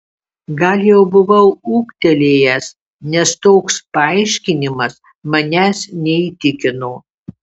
gal jau buvau ūgtelėjęs nes toks paaiškinimas manęs neįtikino